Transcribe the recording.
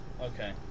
Okay